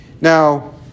Now